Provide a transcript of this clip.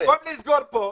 במקום לסגור פה,